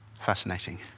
Fascinating